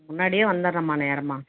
முன்னாடியே வந்துடுறேம்மா நேரமாக